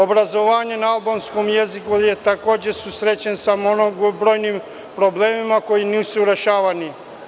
Obrazovanje na albanskom jeziku se takođe susreće sa mnogobrojnim problemima koji nisu rešavani.